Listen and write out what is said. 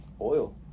Oil